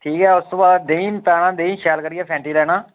ठीक ऐ उस तों बाद देहीं पाना देहीं शैल करियै फैंटी लैना